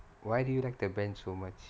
why do you like the bench so much